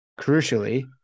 Crucially